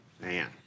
man